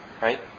Right